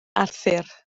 arthur